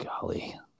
golly